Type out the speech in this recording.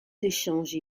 d’échanges